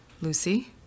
Lucy